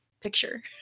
picture